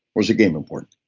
or is the game important?